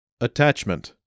Attachment